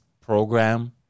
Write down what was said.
program